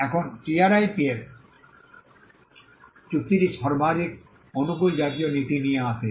এখন টিআরআইপিএস চুক্তিটি সর্বাধিক অনুকূল জাতীয় নীতি নিয়ে আসে